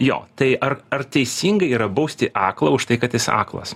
jo tai ar ar teisinga yra bausti aklą už tai kad jis aklas